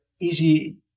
easy